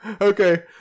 okay